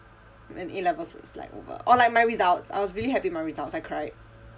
when A levels was like over or like my results I was really happy with my results I cried